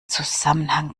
zusammenhang